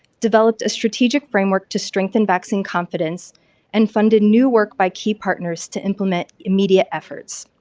developed a strategic framework to strengthen vaccine confidence and funded new work by key partners to implement immediate efforts.